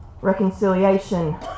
Reconciliation